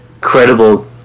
credible